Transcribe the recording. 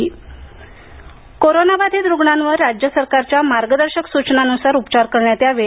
मार्गदर्शक सचना कोरोनाबाधित रुग्णांवर राज्य सरकारच्या मार्गदर्शक सूचनांनुसार उपचार करण्यात यावेत